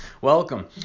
welcome